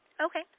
Okay